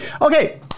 Okay